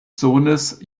sohnes